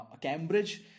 Cambridge